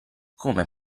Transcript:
come